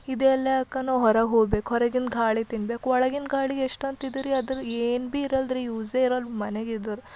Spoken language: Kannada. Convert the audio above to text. ಇದೆಲ್ಯಾಕಂದ್ರ ನಾವು ಹೊರಗೆ ಹೋಗಬೇಕು ಹೊರಗಿನ ಗಾಳಿ ತಿನ್ಬೇಕು ಒಳಗಿನ ಗಾಳಿ ಎಷ್ಟಂತ ತಿಂತೀರಿ ಅದ್ರು ಏನು ಭಿ ಇರಲ್ದ್ರಿ ಯೂಸೆ ಇರಲ್ಲ ಮನೆಗೆ ಇದ್ರ